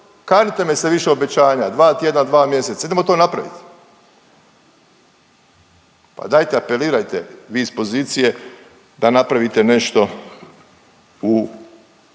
kanite me se više obećanja, dva tjedna, dva mjeseca idemo to napravit, pa dajte apelirajte vi s iz pozicije da napravite nešto u